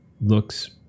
looks